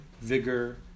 vigor